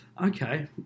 Okay